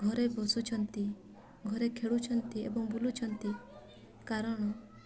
ଘରେ ବସୁଛନ୍ତି ଘରେ ଖେଳୁଛନ୍ତି ଏବଂ ବୁଲୁଛନ୍ତି କାରଣ